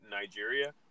Nigeria